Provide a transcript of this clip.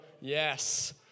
yes